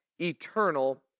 eternal